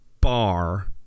bar